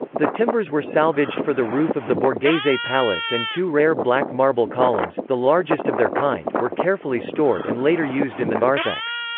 the timbers were salvaged for the roof of the borghese palace and two rare black marble columns, the largest of their kind, were carefully stored and later used in the narthex.